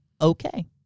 okay